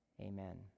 Amen